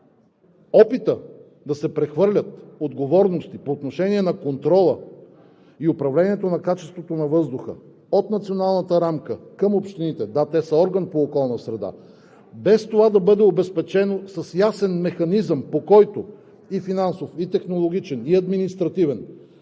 опита да се прехвърлят отговорности по отношение на контрола и управлението на качеството на въздуха от националната рамка към общините – да, те са орган по околната среда, без това да бъде обезпечено с ясен механизъм и финансов, и технологичен, и административен